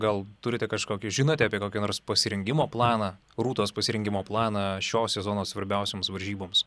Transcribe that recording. gal turite kažkokį žinote apie kokį nors pasirengimo planą rūtos pasirengimo planą šio sezono svarbiausioms varžyboms